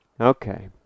okay